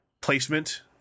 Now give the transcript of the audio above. placement